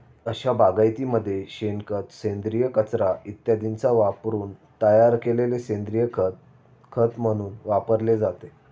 अशा बागायतीमध्ये शेणखत, सेंद्रिय कचरा इत्यादींचा वापरून तयार केलेले सेंद्रिय खत खत म्हणून वापरले जाते